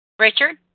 Richard